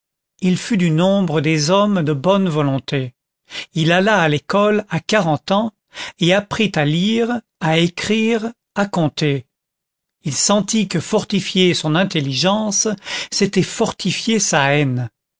il fut du nombre des hommes de bonne volonté il alla à l'école à quarante ans et apprit à lire à écrire à compter il sentit que fortifier son intelligence c'était fortifier sa haine